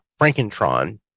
Frankentron